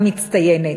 המצטיינת.